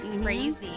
Crazy